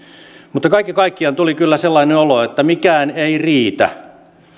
mutta kaiken kaikkiaan tuli kyllä sellainen olo että mikään ei riitä